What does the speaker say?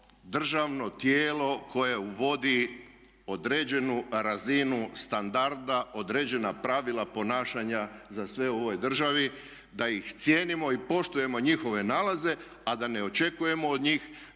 državno tijelo koje uvodi određenu razinu standarda, određena pravila ponašanja za sve u ovoj državi, da ih cijenimo i poštujemo njihove nalaze, a da ne očekujemo od njih